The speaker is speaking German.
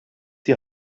die